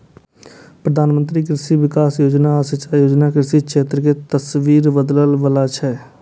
प्रधानमंत्री कृषि विकास योजना आ सिंचाई योजना कृषि क्षेत्र के तस्वीर बदलै बला छै